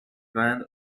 bend